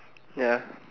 ya